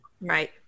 Right